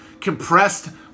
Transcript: compressed